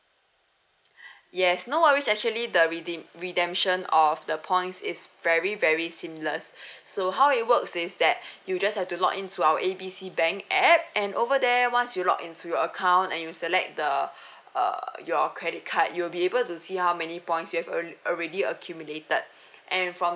yes no worries actually the redeem redemption of the points is very very seamless so how it works is that you just have to log in to our A B C bank app and over there once you log in to your account and you select the err your credit card you'll be able to see how many points you have alr~ already accumulated and from